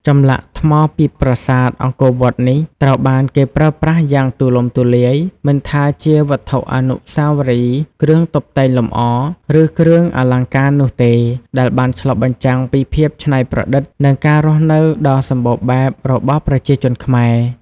ចម្លាក់ថ្មពីប្រាសាទអង្គរវត្តនេះ ត្រូវបានគេប្រើប្រាស់យ៉ាងទូលំទូលាយ មិនថាជាវត្ថុអនុស្សាវរីយ៍ គ្រឿងតុបតែងលម្អ ឬគ្រឿងអលង្ការនោះទេ ដែលបានឆ្លុះបញ្ចាំងពីភាពច្នៃប្រឌិត និងការរស់នៅដ៏សម្បូរបែបរបស់ប្រជាជនខ្មែរ។